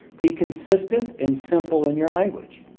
be consistent and simple in your language.